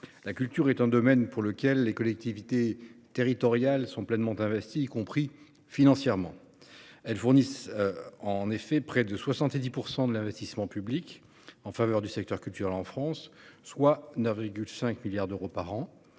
La culture est un domaine dans lequel les collectivités territoriales sont pleinement investies, y compris financièrement. Elles fournissent près de 70 % de l'investissement public en faveur du secteur culturel en France, soit un montant annuel de 9,5